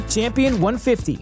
Champion150